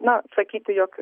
na sakyti jog